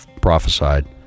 prophesied